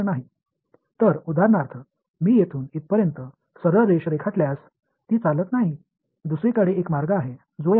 எனவே எடுத்துக்காட்டாக நான் இங்கிருந்து இங்கு நேர் கோட்டை கோபுரத்திற்கு வரைய முடியாது